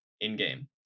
in-game